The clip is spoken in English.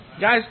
guys